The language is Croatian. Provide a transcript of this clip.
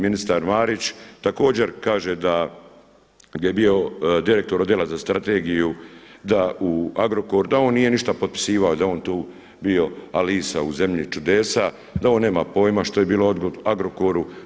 Ministar Marić također kaže da je bio direktor Odjela za strategiju, da u Agrokor, da on nije ništa potpisivao, da je on tu bio Alisa u zemlji čudesa, da on nema pojma što je bilo u Agrokoru.